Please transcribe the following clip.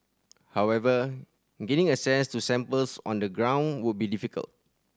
however gaining access to samples on the ground would be difficult